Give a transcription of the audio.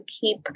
keep